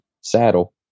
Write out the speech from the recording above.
saddle